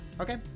Okay